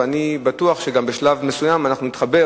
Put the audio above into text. אני בטוח שגם בשלב מסוים אנחנו נתחבר,